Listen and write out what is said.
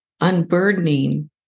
unburdening